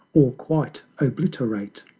or quite obliterate!